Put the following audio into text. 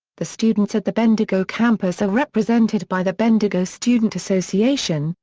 the students at the bendigo campus are represented by the bendigo student association,